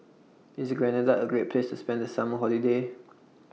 IS Grenada A Great Place to spend The Summer Holiday